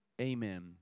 amen